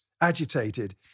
agitated